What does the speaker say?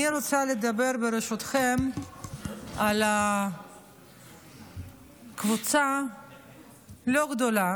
אני אנסה לדבר ברשותכם על קבוצה לא גדולה